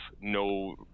no